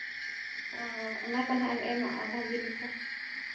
ᱚᱱᱟ ᱠᱚ ᱱᱟᱦᱟᱸᱜ ᱮᱢ ᱟᱜᱼᱟ ᱵᱷᱟᱜᱮ ᱞᱮᱠᱟ